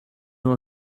know